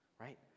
right